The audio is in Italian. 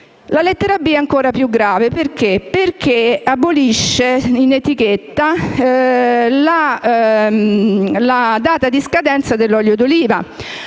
La lettera *b)* è ancora più grave, perché abolisce sull'etichetta la data di scadenza dell'olio d'oliva.